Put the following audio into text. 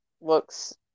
looks